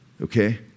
Okay